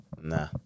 Nah